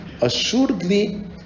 assuredly